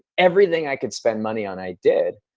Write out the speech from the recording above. everything i could spend money on, i did.